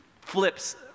flips